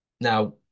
Now